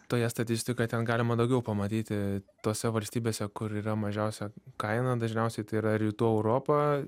toje statistikoje ten galima daugiau pamatyti tose valstybėse kur yra mažiausia kaina dažniausiai tai yra rytų europa